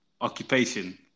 Occupation